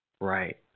Right